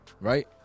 right